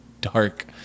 dark